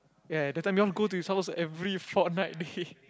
ya that time you want to go to his house every fortnight day